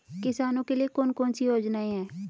किसानों के लिए कौन कौन सी योजनाएं हैं?